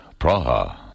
Praha